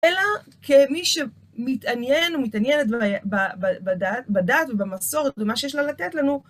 אלא כמי שמתעניין ומתעניינת בדת ובמסורת ובמה שיש לה לתת לנו...